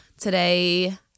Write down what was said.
Today